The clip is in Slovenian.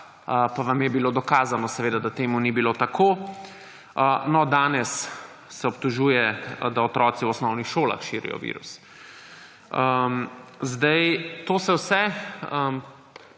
pa vam je bilo dokazano, da to ni bilo tako. No, danes se obtožuje, da otroci v osnovnih šolah širijo virus. To se vse